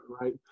right